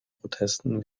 protesten